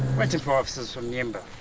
waiting for officers from nyimba.